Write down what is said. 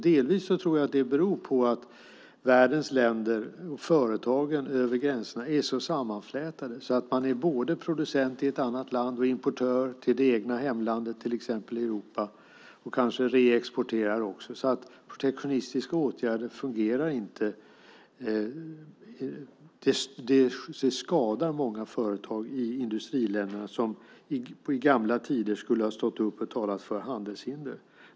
Jag tror att det delvis beror på att världens länder och företagen över gränserna är så sammanflätade att man är både producent i ett annat land och importör till det egna hemlandet, till exempel i Europa, och kanske också reexporterar. Protektionistiska åtgärder fungerar inte, men de skadar många företag i industriländerna som i gamla tider skulle ha stått upp och talat för handelshindren.